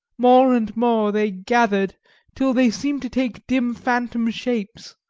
more and more they gathered till they seemed to take dim phantom shapes.